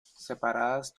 separadas